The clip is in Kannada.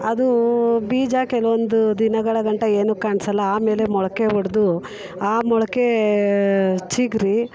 ಅದೂ ಬೀಜ ಕೆಲವೊಂದೂ ದಿನಗಳ ಗಂಟ ಏನು ಕಾಣಿಸಲ್ಲ ಆಮೇಲೆ ಮೊಳಕೆ ಹೊಡ್ದು ಆ ಮೊಳಕೆ ಚಿಗರಿ